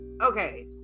okay